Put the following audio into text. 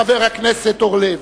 חבר הכנסת אורלב.